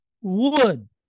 Wood